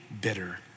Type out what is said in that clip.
bitter